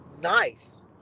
Nice